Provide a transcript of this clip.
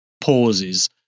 pauses